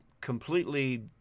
completely